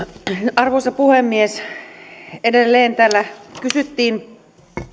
arvoisa puhemies edelleen täällä kysyttiin